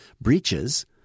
breaches